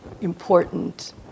important